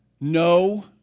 No